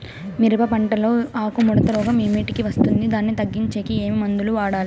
మిరప పంట లో ఆకు ముడత రోగం ఏమిటికి వస్తుంది, దీన్ని తగ్గించేకి ఏమి మందులు వాడాలి?